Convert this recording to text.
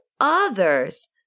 others